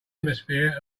hemisphere